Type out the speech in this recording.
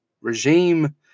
regime